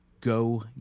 go